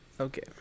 Okay